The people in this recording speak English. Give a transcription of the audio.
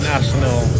National